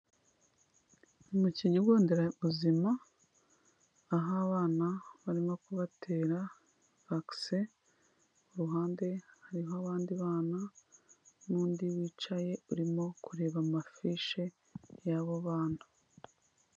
Ni mu kigo nderabuzima aho abana barimo kubatera vakise, ku ruhande hariho abandi bana, n'undi wicaye urimo kureba amafishe y'abo bana.